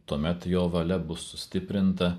tuomet jo valia bus sustiprinta